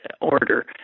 order